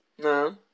No